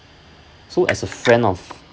so as a friend of